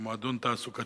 אדוני